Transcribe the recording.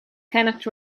cannot